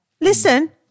Listen